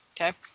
Okay